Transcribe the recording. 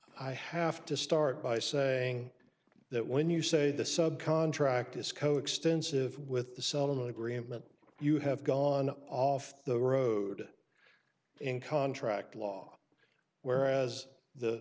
i have to start by saying that when you say the sub contract is coextensive with the settlement agreement you have gone off the road in contract law whereas the